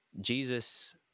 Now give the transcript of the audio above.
Jesus